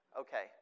Okay